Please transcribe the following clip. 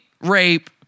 rape